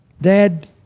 Dad